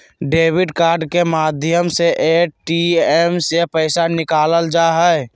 debit card के माध्यम से ए.टी.एम से पैसा निकालल जा हय